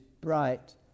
bright